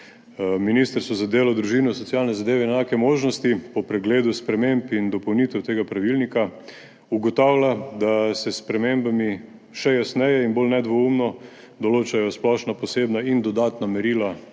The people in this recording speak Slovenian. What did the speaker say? Ministrstvo za delo, družino, socialne zadeve in enake možnosti po pregledu sprememb in dopolnitev tega pravilnika ugotavlja, da se s spremembami še jasneje in bolj nedvoumno določajo splošna, posebna in dodatna merila